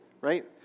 Right